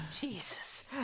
Jesus